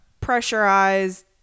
pressurized